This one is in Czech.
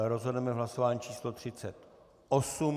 Rozhodneme v hlasování číslo 38.